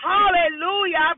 Hallelujah